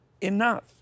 enough